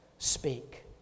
Speak